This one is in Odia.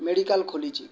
ମେଡ଼ିକାଲ୍ ଖୋଲିଛି